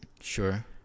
sure